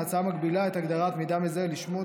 ההצעה מגבילה את הגדרת "מידע מזהה" לשמו,